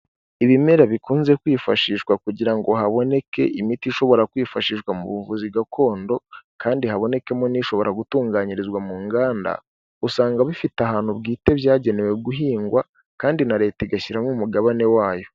Ibimera bikunze kwifashishwa kugira ngo haboneke imiti ishobora kwifashishwa mu buvuzi gakondo kandi habonekemo n'ishobora gutunganyirizwa mu nganda, usanga bifite ahantu bwite byagenewe guhingwa kandi na Leta igashyiramo umugabane wayo.